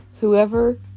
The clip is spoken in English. Whoever